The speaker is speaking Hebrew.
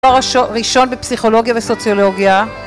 ראשון בפסיכולוגיה וסוציולוגיה